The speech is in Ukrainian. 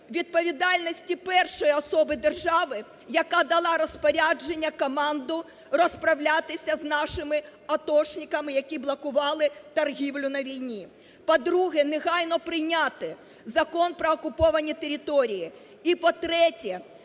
відповідальності першої особи держави, яка дала розпорядження, команду розправлятися з нашими атошниками, які блокували торгівлю на війні. По-друге, негайно прийняти Закон про окуповані території. І, по-третє,